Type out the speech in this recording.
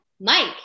Mike